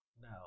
no